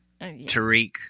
Tariq